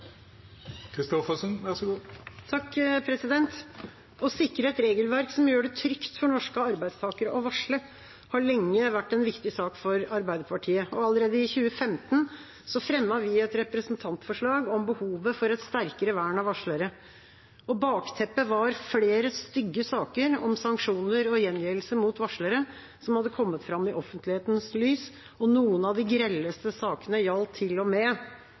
Å sikre et regelverk som gjør det trygt for norske arbeidstakere å varsle, har lenge vært en viktig sak for Arbeiderpartiet. Allerede i 2015 fremmet vi et representantforslag om behovet for et sterkere vern av varslere. Bakteppet var flere stygge saker om sanksjoner og gjengjeldelse mot varslere som hadde kommet fram i offentlighetens lys. Noen av de grelleste sakene gjaldt